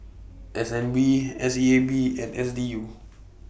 S N B S E A B and S D U